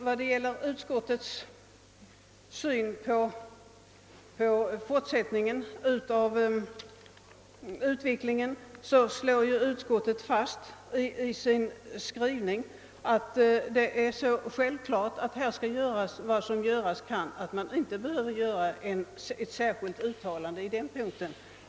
Vad gäller utskottets syn på den fortisatta utvecklingen slår ju utskottet i sin skrivning fast, att det är självklart att allt som göras kan skall göras och att det därför inte behövs något särskilt uttalande på den punkten.